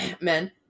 men